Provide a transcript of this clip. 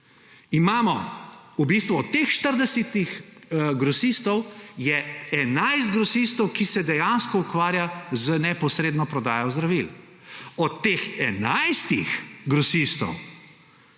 na trgu.« Od teh 40 grosistov je 11 grosistov, ki se dejansko ukvarjajo z neposredno prodajo zdravil. Od teh 11 grosistov